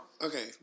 Okay